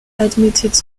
admitted